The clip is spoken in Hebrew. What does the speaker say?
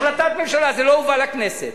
החלטת ממשלה, זה לא הובא לכנסת.